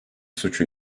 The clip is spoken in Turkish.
suçu